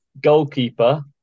Goalkeeper